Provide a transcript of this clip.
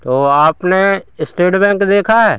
तो आपने state bank देखा है